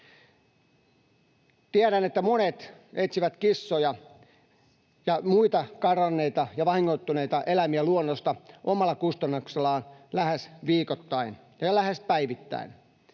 Tiedän, että monet etsivät kissoja ja muita karanneita ja vahingoittuneita eläimiä luonnosta omalla kustannuksellaan lähes viikoittain ja lähes päivittäin.